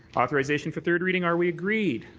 authorization for third reading, are we agreed?